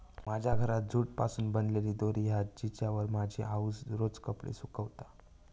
माझ्या घरात जूट पासून बनलेली दोरी हा जिच्यावर माझी आउस रोज कपडे सुकवता